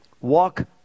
walk